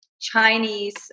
Chinese